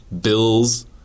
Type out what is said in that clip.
bills